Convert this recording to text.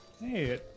Hey